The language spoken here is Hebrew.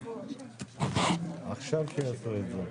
הישיבה נעולה.